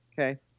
Okay